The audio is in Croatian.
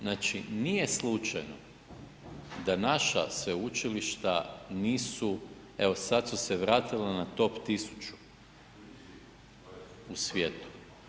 Znači nije slučajno da naša sveučilišta nisu, evo sad su se vratila na top 1000 u svijetu.